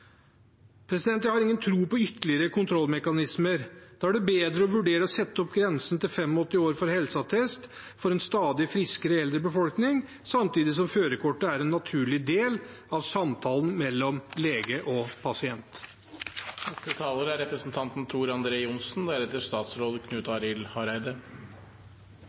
Jeg har ingen tro på ytterligere kontrollmekanismer. Da er det bedre å vurdere å sette opp grensen til 85 år for helseattest for en stadig friskere eldre befolkning, samtidig som førerkortet er en naturlig del av samtalen mellom lege og